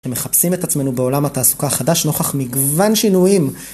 שמחפשים את עצמנו בעולם התעסוקה החדש נוכח מגוון שינויים.